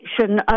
action